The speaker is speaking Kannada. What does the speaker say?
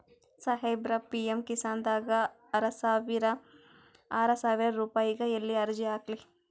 ಸಾಹೇಬರ, ಪಿ.ಎಮ್ ಕಿಸಾನ್ ದಾಗ ಆರಸಾವಿರ ರುಪಾಯಿಗ ಎಲ್ಲಿ ಅರ್ಜಿ ಹಾಕ್ಲಿ?